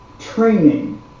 training